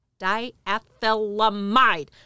diethylamide